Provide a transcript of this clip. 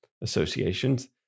associations